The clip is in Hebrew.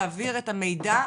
להעביר את המידע,